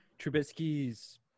Trubisky's